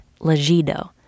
Legido